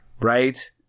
Right